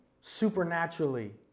supernaturally